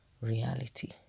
reality